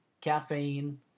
caffeine